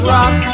Rock